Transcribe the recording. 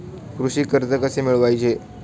कृषी कर्ज कसे मिळवायचे?